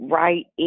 right